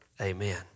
Amen